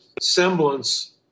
semblance